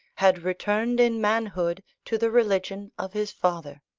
had returned in manhood to the religion of his father.